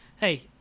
hey